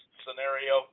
scenario